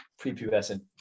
prepubescent